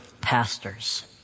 pastors